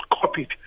copied